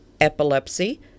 epilepsy